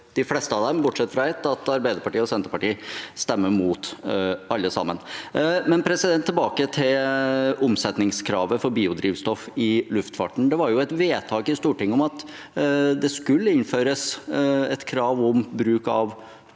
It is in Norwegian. de fleste av dem, bortsett fra for ett, at Arbeiderpartiet og Senterpartiet stemmer imot alle. Tilbake til omsetningskravet for biodrivstoff i luftfarten. Det var jo et vedtak i Stortinget om at det skulle innføres et krav om bruk av